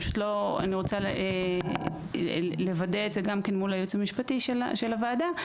ואני רוצה לוודא את זה מול הייעוץ המשפטי של הוועדה,